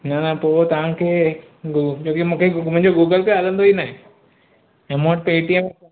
न न पोइ तव्हांखे गु छोकी मूंखे मुंहिंजो गूगल पे हलंदो ई नाहे ऐं मूं वटि पेटीएम